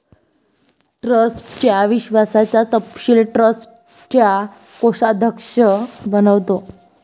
ट्रस्टच्या विश्वासाचा तपशील ट्रस्टचा कोषाध्यक्ष बनवितो